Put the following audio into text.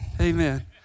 amen